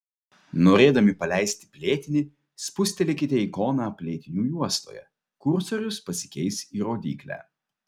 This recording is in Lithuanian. norėdami paleisti plėtinį spustelėkite ikoną plėtinių juostoje kursorius pasikeis į rodyklę